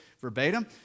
verbatim